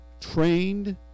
trained